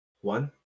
One